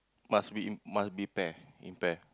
must be in must be pair in pair